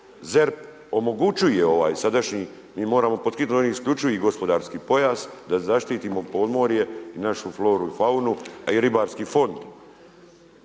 ZERP omogućuje ovaj sadašnji, mi moramo pod hitno donijeti isključivi gospodarski pojas da zaštitimo podmorje i našu floru i faunu, a i Ribarski fond